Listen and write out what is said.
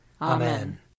Amen